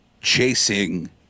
chasing